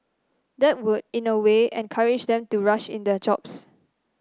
that would in a way encourage them to rush in their jobs